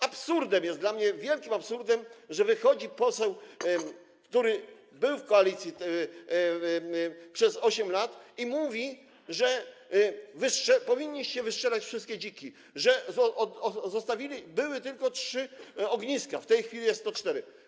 Absurdem jest dla mnie, wielkim absurdem, że wychodzi poseł, który był w koalicji przez 8 lat, i mówi: powinniście wystrzelać wszystkie dziki, że były tylko trzy ogniska, a w tej chwili jest ich 104.